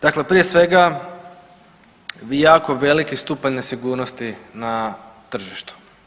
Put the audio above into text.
Dakle, prije svega jako veliki stupanj nesigurnosti na tržištu.